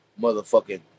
motherfucking